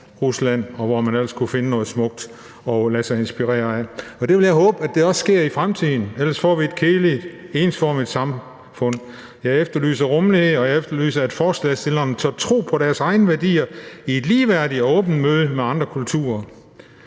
Rusland, og hvor man ellers kunne finde noget smukt at lade sig inspirere af, og det vil jeg håbe også sker i fremtiden, ellers får vi et kedeligt, ensformigt samfund. Jeg efterlyser rummelighed, og jeg efterlyser, at forslagsstillerne tør tro på deres egne værdier i et ligeværdigt og åbent møde med andre kulturer.